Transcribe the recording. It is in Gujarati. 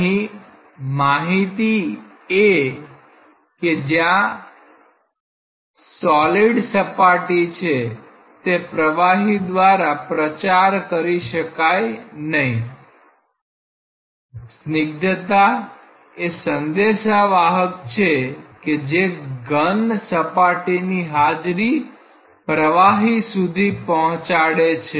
અહી માહિતી એ કે ત્યાં સોલીડ સપાટી છે તેથી પ્રવાહી દ્વારા પ્રચાર કરી શકાય નહીં સ્નિગ્ધતા એ સંદેશા વાહક છે કે જે ઘન સપાટીની હાજરી પ્રવાહી સુધી પહોંચાડે છે